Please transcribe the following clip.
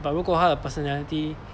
but 如果她的 personality